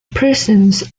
presence